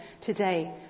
today